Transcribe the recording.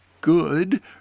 good